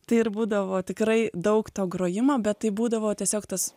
tai ir būdavo tikrai daug to grojimo bet tai būdavo tiesiog tas